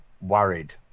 worried